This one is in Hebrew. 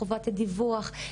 חובת דיווח,